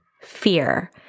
fear